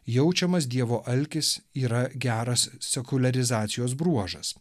jaučiamas dievo alkis yra geras sekuliarizacijos bruožas